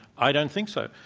i don't think so.